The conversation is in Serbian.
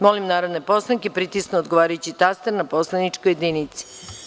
Molim narodne poslanike da pritisnu odgovarajući taster na poslaničkoj jedinici.